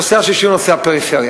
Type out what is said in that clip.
הנושא השלישי הוא הפריפריה.